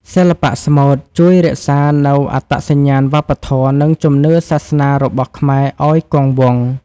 សិល្បៈស្មូតជួយរក្សានូវអត្តសញ្ញាណវប្បធម៌ និងជំនឿសាសនារបស់ខ្មែរឱ្យគង់វង្ស។